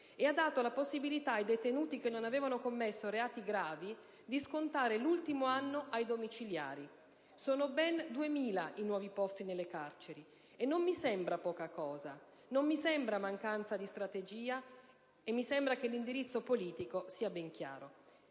ha dato la possibilità ai detenuti che non avevano commesso reati gravi di scontare l'ultimo anno della pena agli arresti domiciliari. Sono ben 2.000 i nuovi posti nelle carceri e non mi sembra poca cosa, non mi sembra mancanza di strategia; mi sembra invece che l'indirizzo politico sia ben chiaro.